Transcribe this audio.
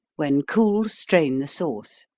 when cool, strain the sauce.